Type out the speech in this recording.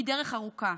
היא דרך ארוכה,